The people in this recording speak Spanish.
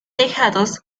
dejados